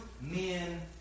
men